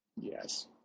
Yes